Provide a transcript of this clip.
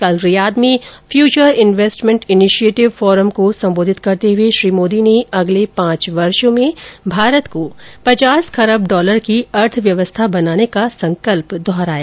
कल रियाद में Future Investment Initiative forum को सम्बोधित करते हुए श्री मोदी ने अगले पांच वर्षों में भारत को पचास खरब डॉलर की अर्थव्यवस्था बनाने का संकल्प दोहराया